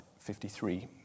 53